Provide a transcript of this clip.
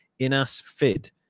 INAS-FID